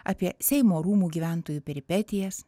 apie seimo rūmų gyventojų peripetijas